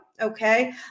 okay